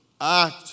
act